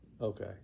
okay